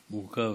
מורכב.